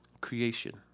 creation